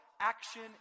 action